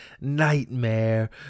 Nightmare